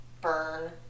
burn